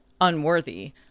unworthy